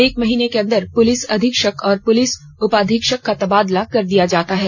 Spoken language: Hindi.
एक महीने के अंदर पुलिस अधीक्षक और पुलिस उपाधीक्षक का तबादला कर दिया जाता है